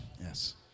Yes